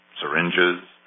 syringes